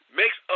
makes